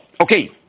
Okay